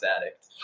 addict